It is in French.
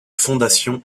fondations